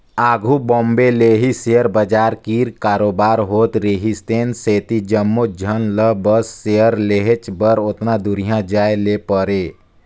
आघु बॉम्बे ले ही सेयर बजार कीर कारोबार होत रिहिस तेन सेती जम्मोच झन ल बस सेयर लेहेच बर ओतना दुरिहां जाए ले परे